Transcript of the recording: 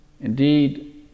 indeed